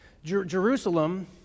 Jerusalem